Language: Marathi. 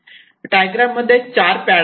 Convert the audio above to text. डायग्रॅम मध्ये चार पॅड आहे